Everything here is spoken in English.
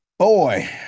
Boy